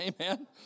Amen